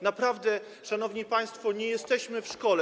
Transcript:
Naprawdę, szanowni państwo, nie jesteśmy w szkole.